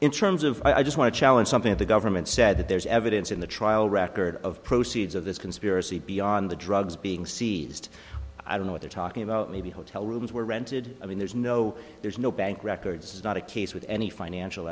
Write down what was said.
in terms of i just want to challenge something the government said that there's evidence in the trial record of proceeds of this conspiracy beyond the drugs being see just i don't know what they're talking about maybe hotel rooms were rented i mean there's no there's no bank records is not a case with any financial